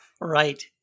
Right